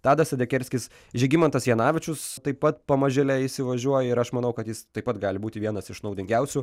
tadas sedekerskis žygimantas janavičius taip pat pamažėle įsivažiuoja ir aš manau kad jis taip pat gali būti vienas iš naudingiausių